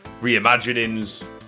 reimaginings